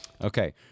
Okay